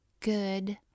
good